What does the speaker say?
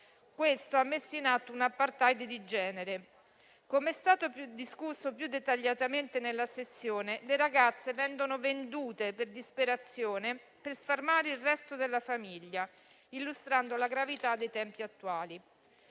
Questo ha messo in atto un *apartheid* di genere. Come è stato discusso più dettagliatamente nella sessione, le ragazze vengono vendute per disperazione per sfamare il resto della famiglia, illustrando la gravità dei tempi attuali.